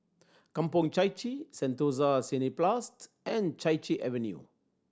Kampong Chai Chee Sentosa Cineblast and Chai Chee Avenue